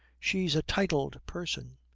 she's a titled person.